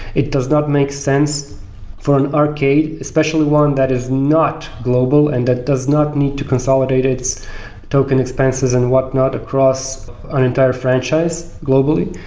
it does not make sense for an arcade, especially one that is not global and that does not need to consolidate its token expenses and whatnot across an entire franchise globally.